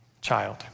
child